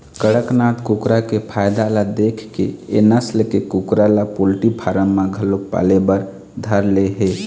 कड़कनाथ कुकरा के फायदा ल देखके ए नसल के कुकरा ल पोल्टी फारम म घलोक पाले बर धर ले हे